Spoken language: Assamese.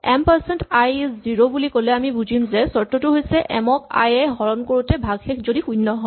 M percent I is zero বুলি ক'লে আমি বুজিম যে চৰ্তটো হৈছে এম ক আই এ হৰণ কৰোতে ভাগশেষ যদি শূণ্য হয়